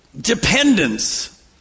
dependence